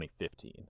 2015